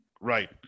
right